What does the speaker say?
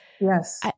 Yes